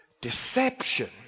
Deception